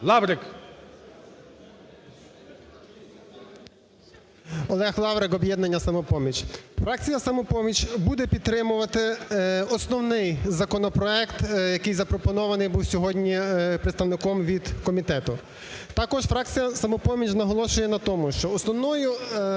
Олег Лаврик, "Об'єднання "Самопоміч". Фракція "Самопоміч" буде підтримувати основний законопроект, який запропонований був сьогодні представником від комітету. Також фракція "Самопоміч" наголошує на тому, що основною